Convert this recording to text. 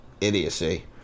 idiocy